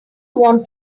want